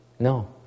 No